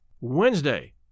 Wednesday